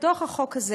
בתוך החוק הזה